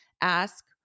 Ask